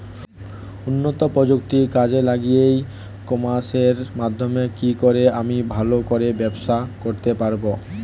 উন্নত প্রযুক্তি কাজে লাগিয়ে ই কমার্সের মাধ্যমে কি করে আমি ভালো করে ব্যবসা করতে পারব?